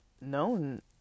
known